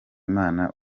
imana